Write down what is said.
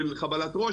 של חבלת ראש,